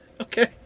okay